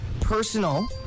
personal